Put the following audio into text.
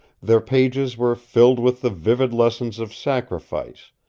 their pages were filled with the vivid lessons of sacrifice,